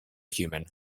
human